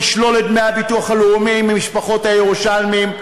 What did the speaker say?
לשלול את דמי הביטוח הלאומי ממשפחות הירושלמים,